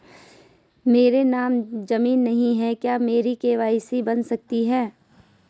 मेरे नाम ज़मीन नहीं है क्या मेरी के.सी.सी बन सकती है?